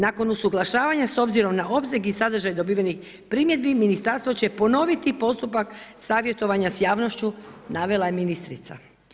Nakon usuglašavanja, s obzirom na opseg i sadržaj dobivenih primjedbi, ministarstvo će ponoviti postupak savjetovanja s javnošću, navela je ministrica.